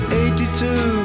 eighty-two